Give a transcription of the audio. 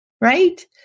Right